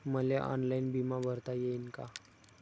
मले ऑनलाईन बिमा भरता येईन का?